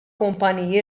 kumpaniji